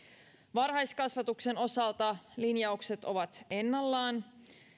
varhaiskasvatuksen osalta linjaukset ovat ennallaan